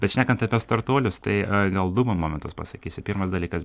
bet šnekant apie startuolius tai gal du momentus pasakysiu pirmas dalykas